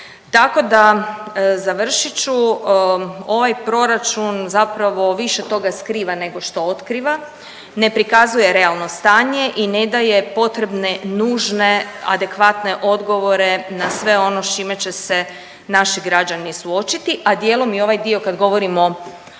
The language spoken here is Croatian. Tako da, završit ću. Ovaj Proračun zapravo više toga skriva nego što otkriva. Ne prikazuje realno stanje i ne daje potrebne nužne adekvatne odgovore na sve ono s čime će se naši građani suočiti, a dijelom i ovaj dio kad govorimo o